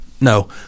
No